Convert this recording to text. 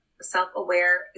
self-aware